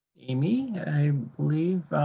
amy, i believe,